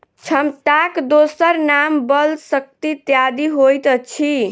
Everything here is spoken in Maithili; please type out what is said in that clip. क्षमताक दोसर नाम बल, शक्ति इत्यादि होइत अछि